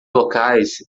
locais